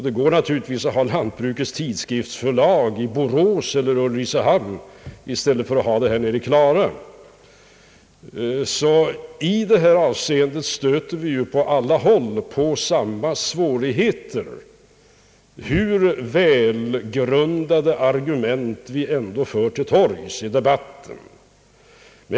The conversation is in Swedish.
Det går naturligtvis att ha Lantbrukets tidskriftsförlag i Borås eller Ulricehamn i stället för att ha det här nere i Klara. I detta avseende stöter vi på alla håll på samma svårighe ter, hur välgrundade argument vi än för till torgs i debatten.